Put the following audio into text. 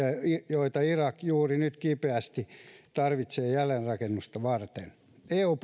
joita irak juuri nyt kipeästi tarvitsee jälleenrakennusta varten eun